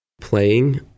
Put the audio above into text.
playing